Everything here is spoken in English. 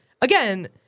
again